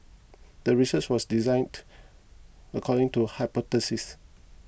the research was designed according to a hypothesis